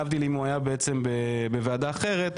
להבדיל אם הוא היה בעצם בוועדה אחרת.